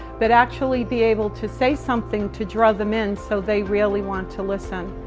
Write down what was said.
but actually be able to say something to draw them in, so they really want to listen.